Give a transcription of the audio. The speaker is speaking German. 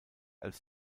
als